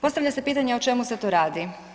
Postavlja se pitanje o čemu se tu radi?